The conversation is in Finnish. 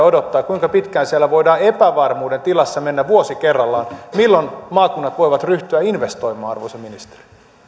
odottaa kuinka pitkään siellä voidaan epävarmuuden tilassa mennä vuosi kerrallaan milloin maakunnat voivat ryhtyä investoimaan arvoisa ministeri